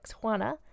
Juana